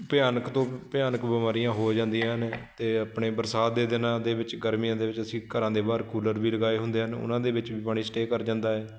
ਭਿਆਨਕ ਤੋਂ ਭਿਆਨਕ ਬਿਮਾਰੀਆਂ ਹੋ ਜਾਂਦੀਆਂ ਨੇ ਅਤੇ ਆਪਣੇ ਬਰਸਾਤ ਦੇ ਦਿਨਾਂ ਦੇ ਵਿੱਚ ਗਰਮੀਆਂ ਦੇ ਵਿੱਚ ਅਸੀਂ ਘਰਾਂ ਦੇ ਬਾਹਰ ਕੂਲਰ ਵੀ ਲਗਾਏ ਹੁੰਦੇ ਹਨ ਉਹਨਾਂ ਦੇ ਵਿੱਚ ਵੀ ਪਾਣੀ ਸਟੇਅ ਕਰ ਜਾਂਦਾ ਹੈ